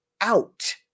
out